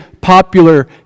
popular